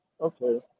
okay